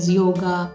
yoga